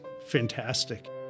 fantastic